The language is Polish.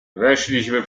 weszliśmy